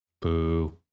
Boo